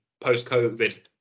post-covid